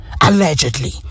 Allegedly